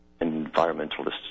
environmentalists